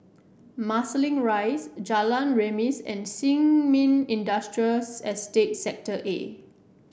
Marsiling Rise Jalan Remis and Sin Ming Industrial Estate Sector A